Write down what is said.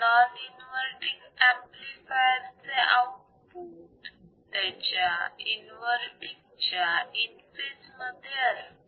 non inverting amplifier चे output त्याच्या input च्या इन फेज मध्ये असते